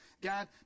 god